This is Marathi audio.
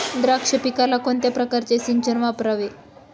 द्राक्ष पिकाला कोणत्या प्रकारचे सिंचन वापरावे?